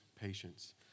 patience